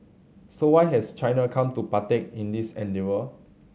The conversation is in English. so why has China come to partake in this endeavour